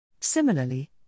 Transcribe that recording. Similarly